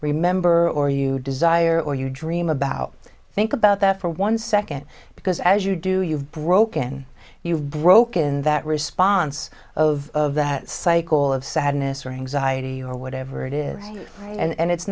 remember or you desire or you dream about think about that for one second because as you do you've broken you've broken that response of that cycle of sadness or anxiety or whatever it is and